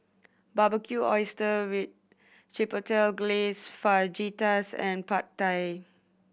Barbecued Oyster with Chipotle Glaze Fajitas and Pad Thai